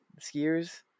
skiers